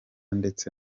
ndetse